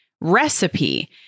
recipe